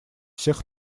всех